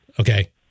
Okay